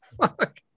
fuck